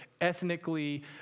ethnically